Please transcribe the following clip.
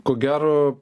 ko gero